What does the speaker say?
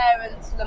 parents